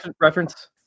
reference